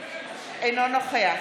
אינו נוכח